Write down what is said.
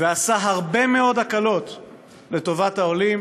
ועשה הרבה מאוד הקלות לטובת העולים.